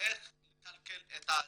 איך לכלכל את עצמם.